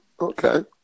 Okay